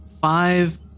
five